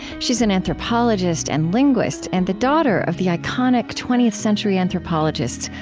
she's an anthropologist and linguist and the daughter of the iconic twentieth century anthropologists,